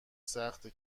سخته